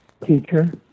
teacher